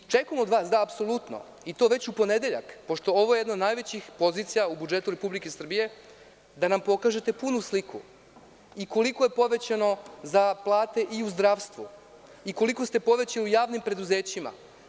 Očekujem od vas da apsolutno i to već u ponedeljak, pošto je ovo jedna od najvećih pozicija u budžetu Republike Srbije, da nam pokažete punu sliku i koliko su povećane plate i u zdravstvu i koliko ste povećali u javnim preduzećima.